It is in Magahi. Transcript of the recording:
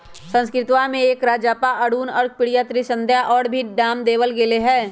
संस्कृतवा में एकरा जपा, अरुण, अर्कप्रिया, त्रिसंध्या और भी नाम देवल गैले है